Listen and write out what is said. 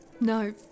No